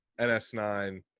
NS9